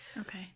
Okay